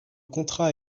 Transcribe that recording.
contrat